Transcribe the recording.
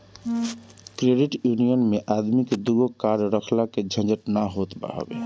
credit union मे आदमी के दूगो कार्ड रखला के झंझट ना होत हवे